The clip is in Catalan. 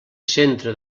centre